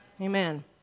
Amen